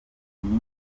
ibintu